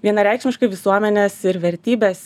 vienareikšmiškai visuomenės ir vertybės